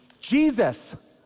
Jesus